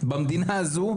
במדינה הזאת,